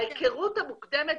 ההיכרות המוקדמת,